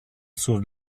sur